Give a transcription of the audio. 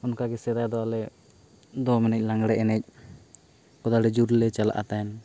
ᱚᱱᱠᱟ ᱜᱮ ᱥᱮᱫᱟᱭ ᱫᱚ ᱟᱞᱮ ᱫᱚᱝ ᱮᱱᱮᱡ ᱞᱟᱜᱽᱬᱮ ᱮᱱᱮᱡ ᱠᱚᱫᱚ ᱟᱹᱰᱤ ᱡᱳᱨᱞᱮ ᱪᱟᱞᱟᱜᱼᱟ ᱛᱟᱦᱮᱸᱫ